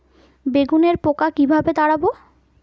বেগুনের পোকা কিভাবে তাড়াব?